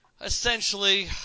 Essentially